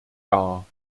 dar